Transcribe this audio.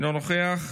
אינו נוכח,